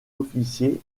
officiers